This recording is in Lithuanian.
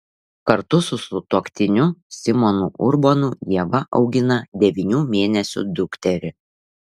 kartu su sutuoktiniu simonu urbonu ieva augina devynių mėnesių dukterį